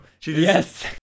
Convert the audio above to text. Yes